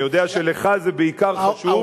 אני יודע שלך זה בעיקר חשוב.